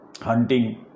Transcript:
hunting